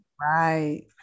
Right